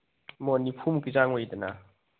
ꯃꯣꯟ ꯅꯤꯐꯨꯃꯨꯛꯀꯤ ꯆꯥꯡ ꯑꯣꯏꯗꯅ